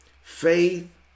Faith